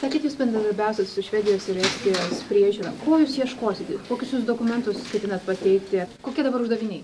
o kiek jūs bendradarbiausit su švedijos ir estijos priežiūra ko jūs ieškosite kokius jūs dokumentus tikrinat pateikti kokie dabar uždaviniai